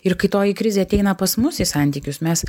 ir kai toji krizė ateina pas mus į santykius mes